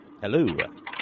Hello